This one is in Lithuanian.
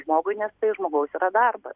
žmogui nes tai žmogaus yra darbas